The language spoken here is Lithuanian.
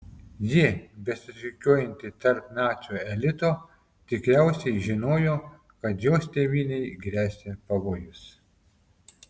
ji besisukiojanti tarp nacių elito tikriausiai žinojo kad jos tėvynei gresia pavojus